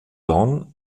jon